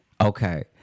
Okay